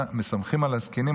מסתמכים על הזקנים,